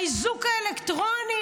האיזוק האלקטרוני,